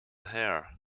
hair